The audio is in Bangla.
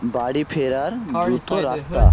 বাড়ি ফেরার দ্রুত রাস্তা